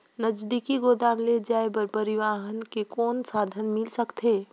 नजदीकी गोदाम ले जाय बर परिवहन के कौन साधन मिल सकथे?